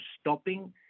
stopping